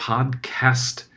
Podcast